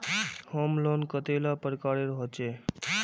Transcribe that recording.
Home loan कतेला प्रकारेर होचे?